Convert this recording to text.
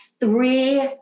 three